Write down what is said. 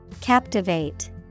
Captivate